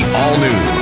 all-new